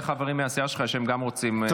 מיקי, יש הרבה חברים מהסיעה שלך שגם רוצים לדבר.